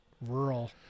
rural